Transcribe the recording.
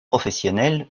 professionnel